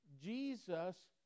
Jesus